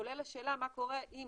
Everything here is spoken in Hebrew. כולל השאלה מה קורה אם,